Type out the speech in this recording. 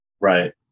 Right